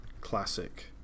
classic